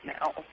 now